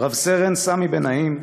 רב-סרן סמי בן נעים,